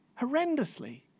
horrendously